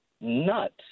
nuts